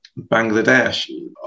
Bangladesh